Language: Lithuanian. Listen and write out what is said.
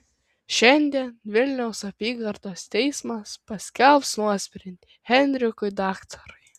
šiandien vilniaus apygardos teismas paskelbs nuosprendį henrikui daktarui